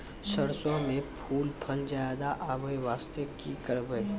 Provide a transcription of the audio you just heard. सरसों म फूल फल ज्यादा आबै बास्ते कि करबै?